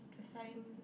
the sign